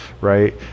right